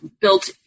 built